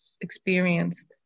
experienced